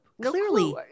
Clearly